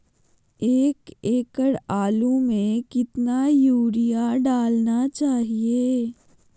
एक एकड़ आलु में कितना युरिया डालना चाहिए?